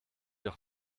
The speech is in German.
doch